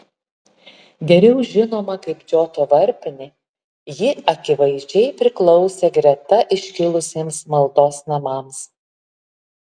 geriau žinoma kaip džoto varpinė ji akivaizdžiai priklausė greta iškilusiems maldos namams